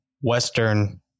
Western